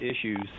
issues